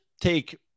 take